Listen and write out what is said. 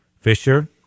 Fisher